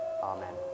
Amen